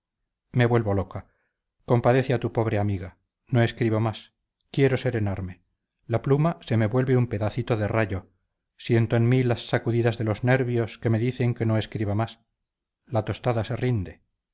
me vuelvo loca compadece a tu pobre amiga no escribo más quiero serenarme la pluma se me vuelve un pedacito de rayo siento en mí las sacudidas de los nervios que me dicen que no escriba más la tostada se rinde